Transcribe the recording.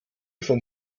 vom